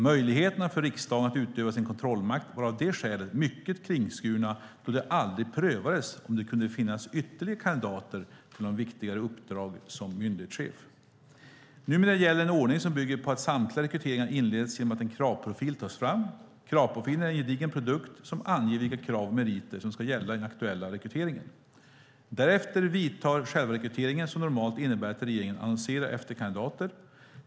Möjligheterna för riksdagen att utöva sin kontrollmakt var av det skälet mycket kringskurna då det aldrig prövades om det kunde finnas ytterligare kandidater till de viktiga uppdragen som myndighetschef. Numera gäller en ordning som bygger på att samtliga rekryteringar inleds genom att en kravprofil tas fram. Kravprofilen är en gedigen produkt som anger vilka krav och meriter som ska gälla i den aktuella rekryteringen. Därefter vidtar själva rekryteringen som normalt innebär att regeringen annonserar efter kandidater.